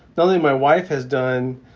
the only my wife has done.